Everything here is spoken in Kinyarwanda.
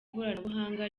ikoranabuhanga